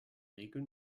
regel